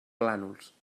plànols